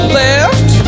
left